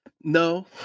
No